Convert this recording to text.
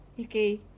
Okay